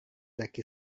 laki